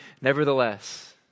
nevertheless